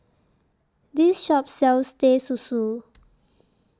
This Shop sells Teh Susu